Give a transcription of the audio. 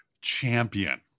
champion